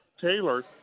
Taylor